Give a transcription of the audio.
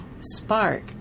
spark